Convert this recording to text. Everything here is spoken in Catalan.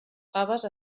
faves